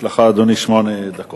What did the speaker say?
אדוני, יש לך שמונה דקות.